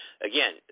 again